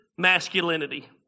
masculinity